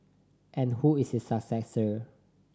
and who is his successor